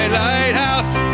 lighthouse